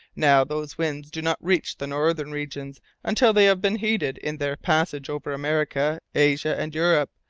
now, those winds do not reach the northern regions until they have been heated in their passage over america, asia, and europe,